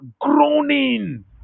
groaning